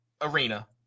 arena